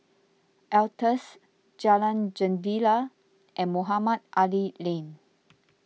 Altez Jalan Jendela and Mohamed Ali Lane